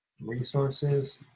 resources